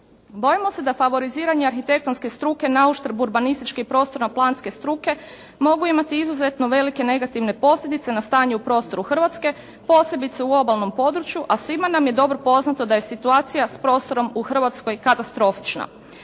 Bojimo se da favoriziranje arhitektonske struke nauštrb urbanističke i prostorno planske struke mogu imati izuzetno velike negativne posljedice na stanje u prostoru Hrvatske posebice u obalnom području a svima nam je dobro poznato da je situacija s prostorom u Hrvatskoj katastrofična.